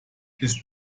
ist